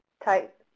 type